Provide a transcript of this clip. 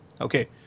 Okay